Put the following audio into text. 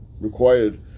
required